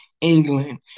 England